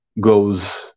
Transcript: goes